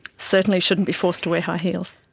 certainly shouldn't be forced to wear high heels.